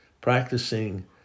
practicing